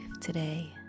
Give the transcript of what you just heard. today